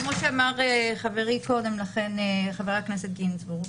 כמו שאמר קודם לכן חברי חבר הכנסת גינזבורג,